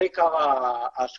זה עיקר ההשקעות.